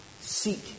seek